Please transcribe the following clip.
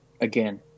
again